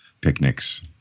picnics